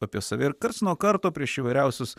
apie save ir karts nuo karto prieš įvairiausius